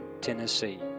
Tennessee